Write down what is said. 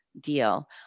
deal